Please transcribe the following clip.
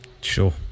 Sure